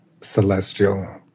Celestial